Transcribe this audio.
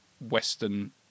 Western